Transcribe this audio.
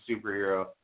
superhero